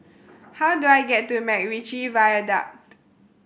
how do I get to MacRitchie Viaduct